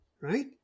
right